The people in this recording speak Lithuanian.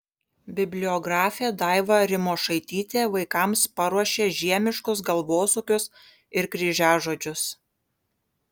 bibliografė daiva rimošaitytė vaikams paruošė žiemiškus galvosūkius ir kryžiažodžius